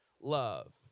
love